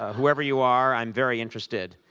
whoever you are, i'm very interested.